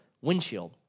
Windshield